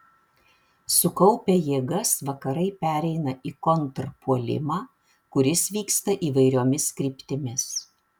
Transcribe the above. sukaupę jėgas vakarai pereina į kontrpuolimą kuris vyksta įvairiomis kryptimis